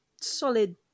solid